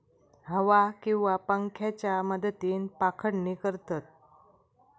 हवा किंवा पंख्याच्या मदतीन पाखडणी करतत